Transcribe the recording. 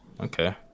Okay